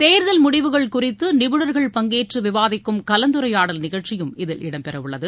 தேர்தல் முடிவுகள் குறித்து நிபுணர்கள் பங்கேற்று விவாதிக்கும் கலந்துரையாடல் நிகழ்ச்சியும் இதில் இடம் பெறவுள்ளது